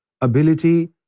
ability